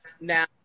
Now